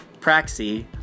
praxi